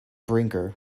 brinker